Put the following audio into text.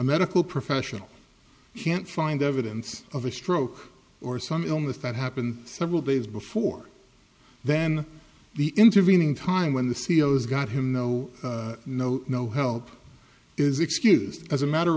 medical professional can't find evidence of a stroke or some illness that happened several days before then the intervening time when the c e o s got him no no no help is excused as a matter